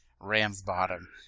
Ramsbottom